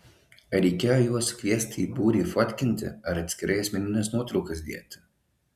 ar reikėjo juos sukviesti į būrį fotkinti ar atskirai asmenines nuotraukas dėti